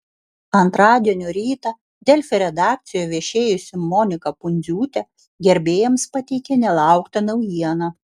antradienio rytą delfi redakcijoje viešėjusi monika pundziūtė gerbėjams pateikė nelauktą naujieną